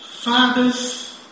Fathers